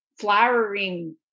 flowering